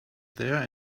there